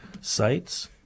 sites